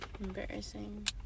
Embarrassing